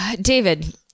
David